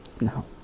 No